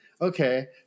Okay